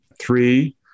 Three